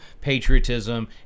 patriotism